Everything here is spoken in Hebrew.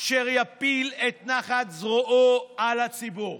אשר יפעיל את נחת זרועו על הציבור.